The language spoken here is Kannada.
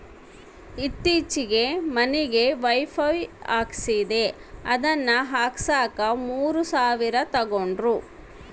ಈತ್ತೀಚೆಗೆ ಮನಿಗೆ ವೈಫೈ ಹಾಕಿಸ್ದೆ ಅದನ್ನ ಹಾಕ್ಸಕ ಮೂರು ಸಾವಿರ ತಂಗಡ್ರು